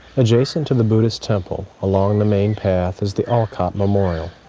adjacent to the buddhist temple along the main path is the olcott memorial,